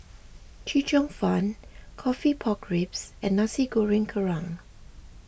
Chee Cheong Fun Coffee Pork Ribs and Nasi Goreng Kerang